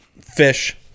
fish